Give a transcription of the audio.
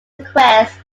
request